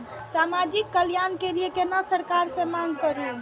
समाजिक कल्याण के लीऐ केना सरकार से मांग करु?